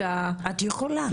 את יכולה.